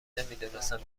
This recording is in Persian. نمیدونستم